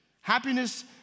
Happiness